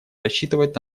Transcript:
рассчитывать